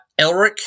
Elric